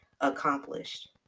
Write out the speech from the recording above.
accomplished